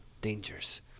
dangers